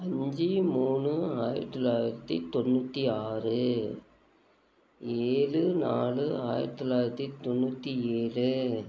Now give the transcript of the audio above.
அஞ்சு மூணு ஆயிரத்தி தொள்ளாயிரத்தி தொண்ணூற்றி ஆறு ஏழு நாலு ஆயிரத் தொள்ளாயிரத்தி தொண்ணூற்றி ஏழு